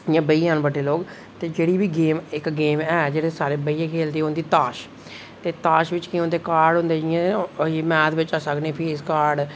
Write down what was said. इ'यां बेही जान बड्डे लोक ते जेह्ड़ी बी गेम इक गेम ऐ जेह्ड़ी बेहियै खेढदे ओह् ऐ ताश ते ताश बिच केह् होंदे कार्ड होई गे जि'यां ते मैच बिच आखने फीस कार्ड